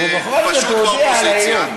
ובכל זאת הוא יודע על האיום.